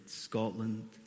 Scotland